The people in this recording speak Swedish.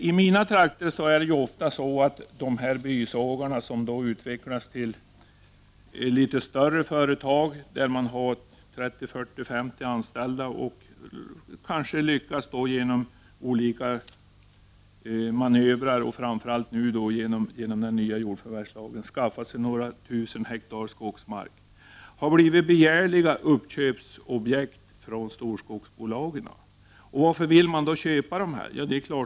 I mina trakter är det inte ovanligt att små bysågar, som utvecklas till större företag med uppemot 50 anställda genom olika manövrer, nu framför allt med hjälp av den nya jordförvärvslagen, lyckas skaffa sig några tusen hektar skogsmark. Dessa bolag blir sedan begärliga uppköpsobjekt för storskogsbolagen. Varför vill man då köpa dessa mindre bolag?